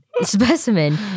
specimen